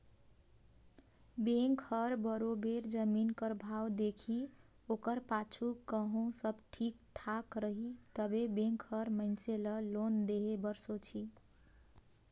bank हर बरोबेर जमीन कर भाव देखही ओकर पाछू कहों सब ठीक ठाक रही तबे बेंक हर मइनसे ल लोन देहे बर सोंचही